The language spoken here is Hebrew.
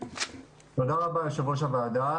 תודה רבה יו"ר הוועדה.